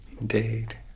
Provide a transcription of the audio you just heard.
Indeed